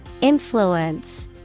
Influence